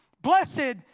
Blessed